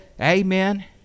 Amen